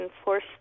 enforce